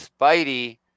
Spidey